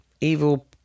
evil